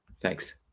Thanks